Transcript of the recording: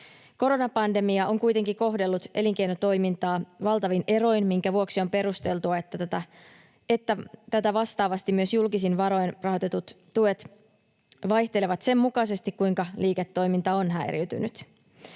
Koronapandemia on kuitenkin kohdellut elinkeinotoimintaa valtavin eroin, minkä vuoksi on perusteltua, että tätä vastaavasti myös julkisin varoin rahoitetut tuet vaihtelevat sen mukaisesti, kuinka liiketoiminta on häiriintynyt.